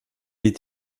est